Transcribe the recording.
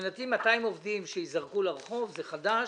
מבחינתי 200 עובדים שייזרקו לרחוב זה חדש.